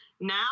now